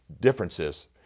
differences